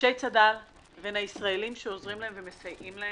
אנשי צד"ל לבין הישראלים שעוזרים להם ומסייעים להם.